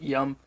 Yum